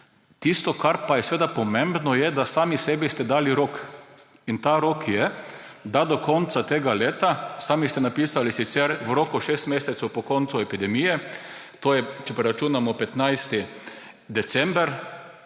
Tisto, kar je pomembno, je, da ste sami sebi dali rok, in ta rok je, da boste do konca tega leta – sami ste napisali sicer v roku šestih mesecev po koncu epidemije, to je, če preračunamo, 15. december,